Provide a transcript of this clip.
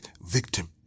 victim